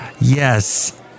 Yes